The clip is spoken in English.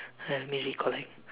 let me recollect